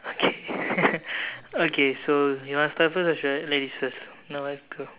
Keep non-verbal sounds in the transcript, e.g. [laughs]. okay [laughs] okay so you want to start first or should I ladies first you're welcome